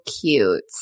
cute